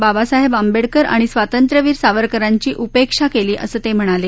बाबासाहेब आंबेडकर आणि स्वातंत्र्यवीर सावरकरांची उपेक्षा केली असं ते म्हणाले